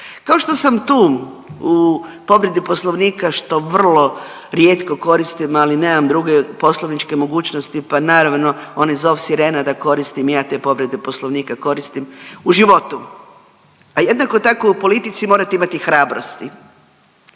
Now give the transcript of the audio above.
Kao što sam tu u povredi Poslovnika što vrlo rijetko koristim, ali nemam druge poslovničke mogućnosti pa naravno onaj zov sirena da koristim i ja te povrede Poslovnika koristim u životu, a jednako tako u politici morate imati hrabrosti.